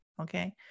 Okay